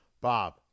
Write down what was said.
Bob